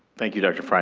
thank you dr. frey.